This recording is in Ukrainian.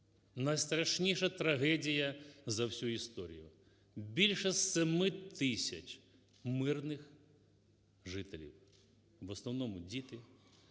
Найстрашніша трагедія за всю історію. Більше 7 тисяч мирних жителів, в основному діти,